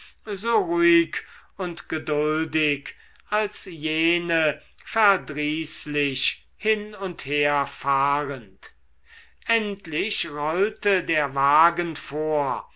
so ruhig und geduldig als jene verdrießlich hin und her fahrend endlich rollte der wagen vor